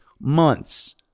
months